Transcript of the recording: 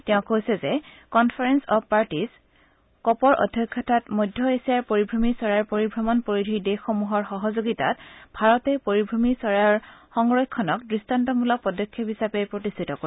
তেওঁ কৈছে যে কনফাৰেল অব পাৰ্টিজ কপৰ অধ্যক্ষতাত মধ্য এছীয়াৰ পৰিভ্ৰমী চৰাইৰ পৰিভ্ৰমণ পৰিধিৰ দেশসমূহৰ সহযোগিতাত ভাৰতে পৰিভ্ৰমী চৰাইৰ সংৰক্ষণক দ্টান্তমলক পদক্ষেপ হিচাপে প্ৰতিষ্ঠিত কৰিব